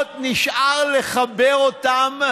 המצלמות קיימות, נשאר לחבר אותן.